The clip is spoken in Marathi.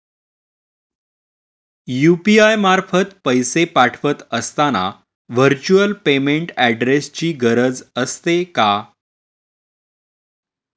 यु.पी.आय मार्फत पैसे पाठवत असताना व्हर्च्युअल पेमेंट ऍड्रेसची गरज असते का?